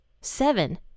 seven